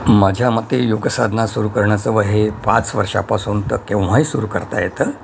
माझ्या मते योगसाधना सुरू करण्याचं वय हे पाच वर्षापासून तर केव्हाही सुरू करता येतं